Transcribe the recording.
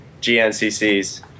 GNCC's